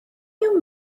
you